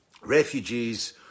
refugees